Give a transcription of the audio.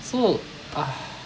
so